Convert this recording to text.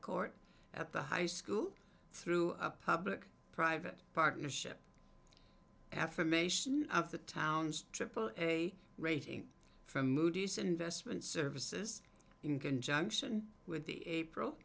court at the high school through a public private partnership affirmation of the town's triple a rating from moody's investment services in conjunction with the april